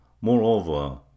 Moreover